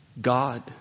God